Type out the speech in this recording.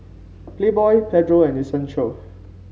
Playboy Pedro and Essential